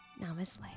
Namaste